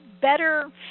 better